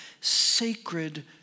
sacred